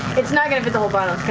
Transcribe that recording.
it's not going to be the whole bottle.